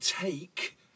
take